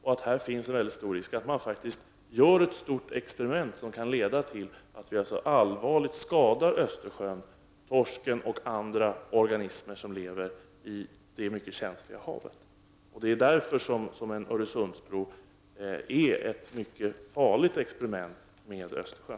Här finns det en betydande risk att det faktiskt blir ett stort experiment som kan leda till att vi allvarligt skadar Östersjön, torsken och andra organismer som lever i det mycket känsliga havet. Det är därför som en Öresundsbro är ett mycket farligt experiment med Östersjön.